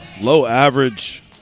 low-average